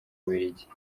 bubiligi